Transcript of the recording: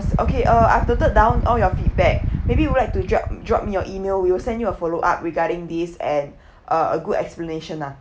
okay uh I've noted down all your feedback maybe would like to drop drop me your email we will send you a follow up regarding this and a good explanation lah